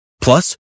Plus